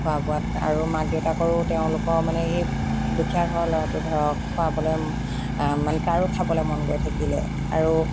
খোৱা বোৱাত আৰু মাক দেউতাকৰো তেওঁলোকৰ মানে এই দুখীয়া ঘৰৰ ল'ৰাটো ধৰক খোৱাবলৈ মানে তাৰো খাবলৈ মন গৈ থাকিলে আৰু